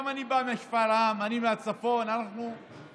גם אני בא משפרעם, אני מהצפון, אנחנו שכנים.